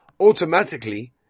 automatically